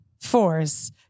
fours